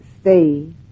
stay